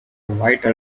white